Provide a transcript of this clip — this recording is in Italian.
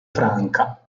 franca